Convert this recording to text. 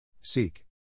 Seek